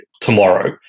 tomorrow